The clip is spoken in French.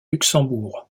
luxembourg